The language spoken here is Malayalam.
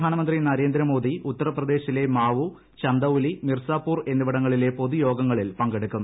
പ്രധാനമന്ത്രി നരേന്ദ്ര മോദി ഉത്തർപ്രദേശിലെ മാഉ ചന്ദൌലി മിർസാപുർ എന്നിവിടങ്ങളിലെ പൊതുയോഗങ്ങളിൽ പങ്കെടുക്കും